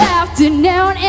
afternoon